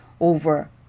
over